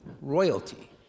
royalty